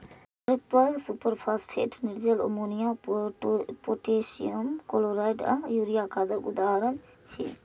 triple superphosphate, निर्जल ammonia, potassium chloride आ urea खादक उदाहरण छियै